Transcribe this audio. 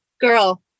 girl